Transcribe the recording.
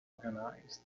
organized